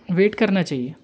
wait करना चाहिए